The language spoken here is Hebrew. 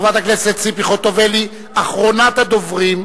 חברת הכנסת ציפי חוטובלי, אחרונת הדוברים.